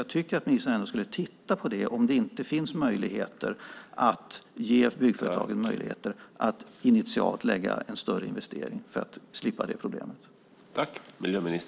Jag tycker att ministern ska titta på om det inte finns möjlighet att ge byggföretagen möjlighet att initialt göra en större investering för att slippa det problemet.